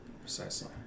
Precisely